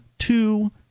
two